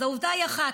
אז העובדה היא אחת: